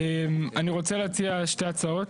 אני רוצה להציע שתי הצעות.